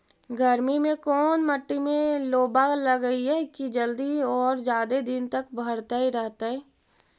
गर्मी में कोन मट्टी में लोबा लगियै कि जल्दी और जादे दिन तक भरतै रहतै?